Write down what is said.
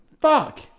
Fuck